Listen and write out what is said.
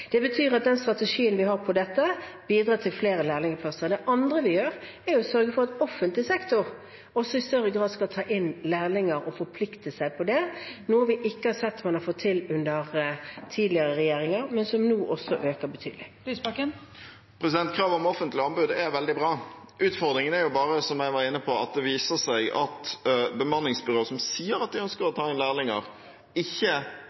Det betyr at den strategien vi har på dette, bidrar til flere lærlingplasser. Det andre vi gjør, er å sørge for at offentlig sektor også i større grad skal ta inn lærlinger og forplikte seg til det, noe vi ikke har sett at man har fått til under tidligere regjeringer, men som nå øker betydelig. Audun Lysbakken – til oppfølgingsspørsmål. Kravet om offentlige anbud er veldig bra. Utfordringen er bare, som jeg var inne på, at det viser seg at bemanningsbyråer som sier at de ønsker å ta inn lærlinger, ikke